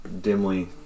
dimly